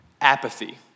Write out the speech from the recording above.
apathy